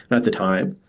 at the time,